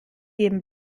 jedem